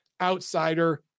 outsider